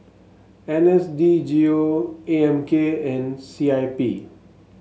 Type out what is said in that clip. N S D G O A M K and C I P